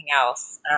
else